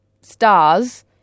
stars